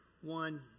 One